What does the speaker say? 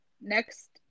next